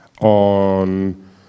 on